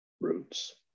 Roots